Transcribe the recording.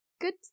good